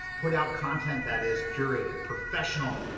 put out content that is curated. professional,